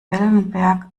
wellenberg